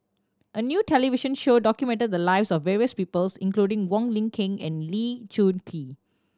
a new television show documented the lives of various peoples including Wong Lin Ken and Lee Choon Kee